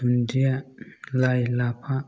दुन्दिया लाइ लाफा